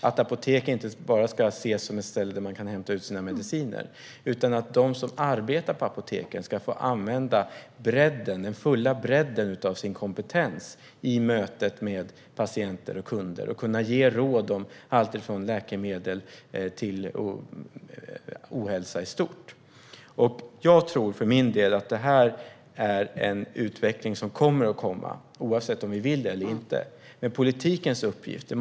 Apoteken ska inte bara ses som ett ställe där man kan hämta ut sina mediciner, utan de som arbetar på apoteken ska få använda den fulla bredden av sin kompetens i mötet med patienter och kunder och kunna ge råd om allt från läkemedel till ohälsa i stort. Jag tror för min del att det här är en utveckling som kommer att ske, oavsett om vi vill det eller inte.